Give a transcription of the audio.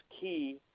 key